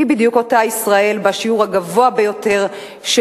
היא בדיוק אותה ישראל שבה השיעור הגבוה ביותר של